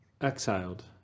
exiled